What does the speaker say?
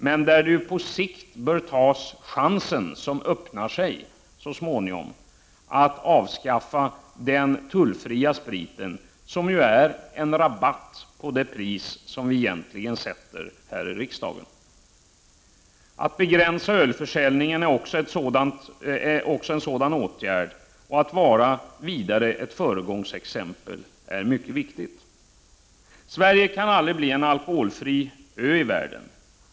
Men på sikt bör vi ta den chans som öppnar sig så småningom — att avskaffa den tullfria spriten, som ju är en rabatt på det pris som vi egentligen sätter här i riksdagen. Att begränsa ölförsäljningen är också en angelägen åtgärd. Och att föregå med gott exempel är mycket viktigt. Sverige kan aldrig bli en alkoholfri ö i världen.